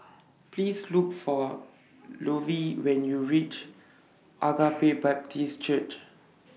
Please Look For Lovie when YOU REACH Agape Baptist Church